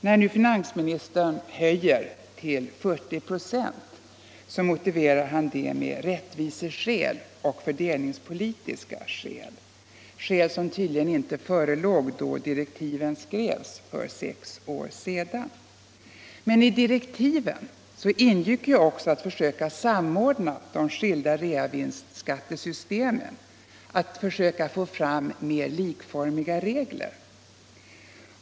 När nu finansministern höjer till 40 96 motiverar han detta med ”rättviseskäl och fördelningspolitiska skäl” — skäl som tydligen inte förelåg då direktiven skrevs för sex år sedan. Men i direktiven ingick ju också att försöka samordna de skilda reavinstbeskattningssystemen, att söka få fram mer likformiga regler.